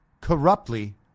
corruptly